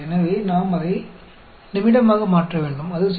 எனவே நாம் அதை நிமிடமாக மாற்ற வேண்டும் அது 0